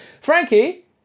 Frankie